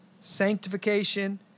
sanctification